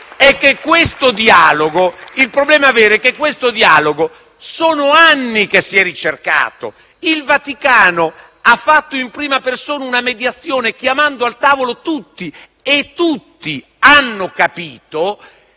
Il problema vero è che questo dialogo si è ricercato da anni. Il Vaticano ha fatto in prima persona una mediazione chiamando al tavolo tutti, e tutti hanno capito